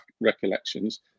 recollections